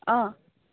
অঁ